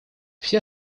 все